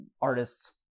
artists